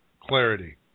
clarity